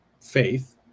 faith